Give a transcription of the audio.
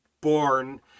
born